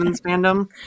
fandom